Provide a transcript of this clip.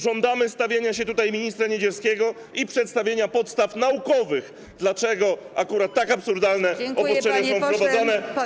Żądamy stawienia się tutaj ministra Niedzielskiego i przedstawienia podstaw naukowych, dlaczego akurat tak absurdalne obostrzenia są wprowadzane.